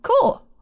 Cool